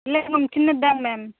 இல்லைங்க மேம் சின்ன pack ma'am